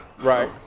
Right